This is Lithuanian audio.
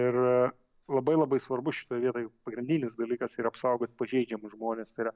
ir labai labai svarbu šitoj vietoj pagrindinis dalykas ir apsaugot pažeidžiamus žmones tai yra